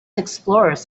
explorers